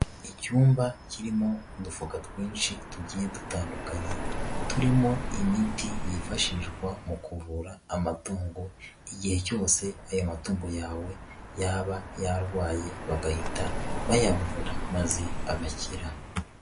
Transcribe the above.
Icyumba kirimo udufuka twinshi tugiye dutandukanye, turimo imiti yifashishwa mu kuvura amatungo igihe cyose aya matungo yawe yaba yarwaye bagahita bayavura maze agakira.